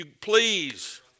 please